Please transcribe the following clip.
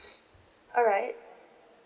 alright